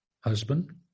husband